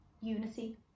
unity